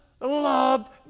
Loved